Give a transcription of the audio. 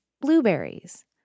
Blueberries